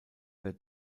der